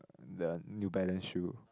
the New Balance shoe